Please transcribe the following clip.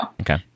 Okay